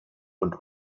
und